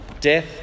death